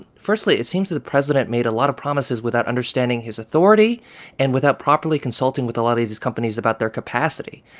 firstly, it seems that the president made a lot of promises without understanding his authority and without properly consulting with a lot of these companies about their capacity.